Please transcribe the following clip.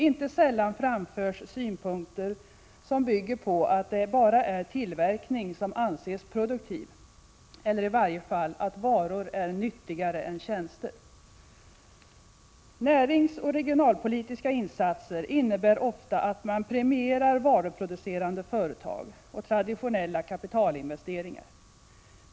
Inte sällan framförs synpunkter som bygger på att det bara är tillverkning som anses produktiv — eller i varje fall att varor är ”nyttigare” än tjänster. Näringsoch regionalpolitiska insatser innebär ofta att man premierar varuproducerande företag och traditionella kapitalinvesteringar.